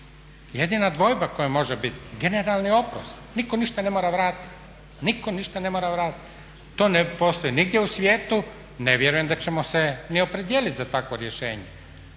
jedina dvojba koja može biti generalni oprost. Nitko ništa ne mora vratiti. To ne postoji nigdje u svijetu, ne vjerujem da ćemo se ni opredijeliti za takvo rješenje.